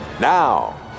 Now